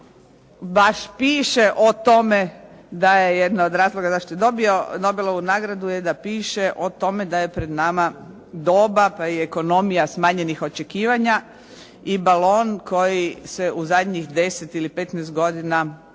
baš piše o tome da je jedan od razloga zašto je dobio Nobelovu nagradu je da piše o tome da je pred nama doba pa i ekonomija smanjenih očekivanja i balon koji se u zadnjih 10 ili 15 godina razvio